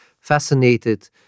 fascinated